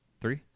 three